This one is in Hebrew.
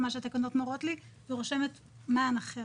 מה שהתקנות מורות לי ורושמת מען אחר.